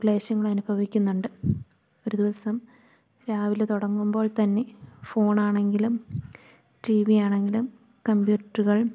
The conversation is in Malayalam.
ക്ലേശളങ്ങൾ അനുഭവിക്കുന്നുണ്ട് ഒര് ദിവസം രാവിലെ തുടങ്ങുമ്പോൾ തന്നെ ഫോണാണെങ്കിലും ടീവിയാണെങ്കിലും കമ്പ്യൂട്ടറുകൾ